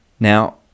Now